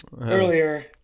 earlier